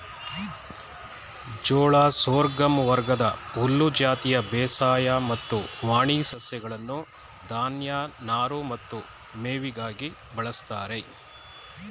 ಜೋಳ ಸೋರ್ಗಮ್ ವರ್ಗದ ಹುಲ್ಲು ಜಾತಿಯ ಬೇಸಾಯ ಮತ್ತು ವಾಣಿ ಸಸ್ಯಗಳನ್ನು ಧಾನ್ಯ ನಾರು ಮತ್ತು ಮೇವಿಗಾಗಿ ಬಳಸ್ತಾರೆ